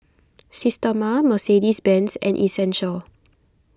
Systema Mercedes Benz and Essential